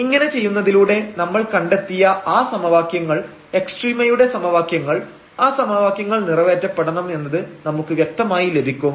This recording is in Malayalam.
ഇങ്ങനെ ചെയ്യുന്നതിലൂടെ നമ്മൾ കണ്ടെത്തിയ ആ സമവാക്യങ്ങൾ എക്സ്ട്രീമയുടെ സമവാക്യങ്ങൾ ആ സമവാക്യങ്ങൾ നിറവേറ്റപ്പെടണം എന്നത് നമുക്ക് വ്യക്തമായി ലഭിക്കും